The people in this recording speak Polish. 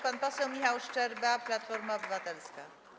Pan poseł Michał Szczerba, Platforma Obywatelska.